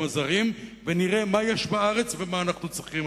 הזרים ונראה מה יש בארץ ומה אנחנו צריכים,